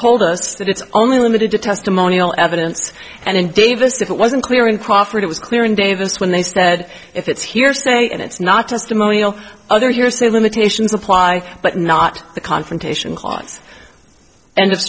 told us that it's only limited to testimonial evidence and in davis if it wasn't clear in crawford it was clear in davis when they said if it's hearsay and it's not just a million other hearsay limitations apply but not the confrontation clause end